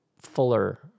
fuller